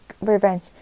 revenge